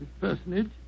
personage